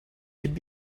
could